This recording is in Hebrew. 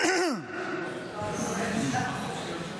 חופשי.